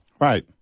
Right